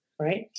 Right